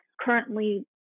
currently